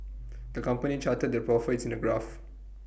the company charted their profits in A graph